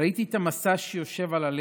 ראיתי את המשא שיושב על הלב,